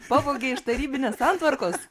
pavogė iš tarybinės santvarkos